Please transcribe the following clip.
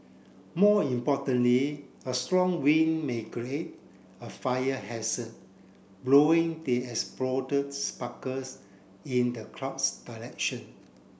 more importantly a strong wind may create a fire hazard blowing the exploded sparkles in the crowd's direction